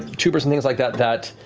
tubers and things like that that.